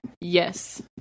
Yes